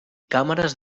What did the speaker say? càmeres